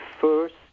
first